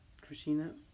Christina